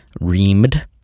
reamed